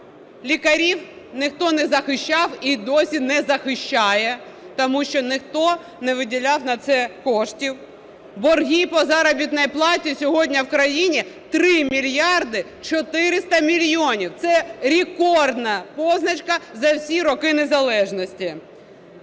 Лікарів ніхто не захищав і досі не захищає, тому що ніхто не виділяв на це коштів. Борги по заробітній платі сьогодні в країні 3 мільярди 400 мільйонів. Це рекордна позначка за всі роки незалежності.